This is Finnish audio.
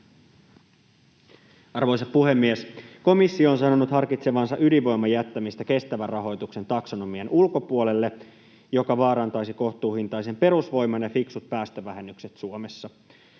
Arvoisa puhemies! Komissio on sanonut harkitsevansa ydinvoiman jättämistä kestävän rahoituksen taksonomian ulkopuolelle, mikä vaarantaisi kohtuuhintaisen perusvoiman ja fiksut päästövähennykset Suomessa.